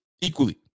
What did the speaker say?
equally